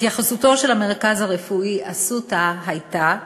התייחסותו של המרכז הרפואי "אסותא" הייתה